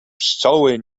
pszczoły